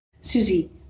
Susie